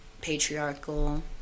Patriarchal